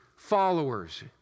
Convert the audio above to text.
Followers